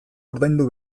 ordaindu